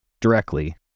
directly